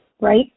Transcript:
right